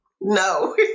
No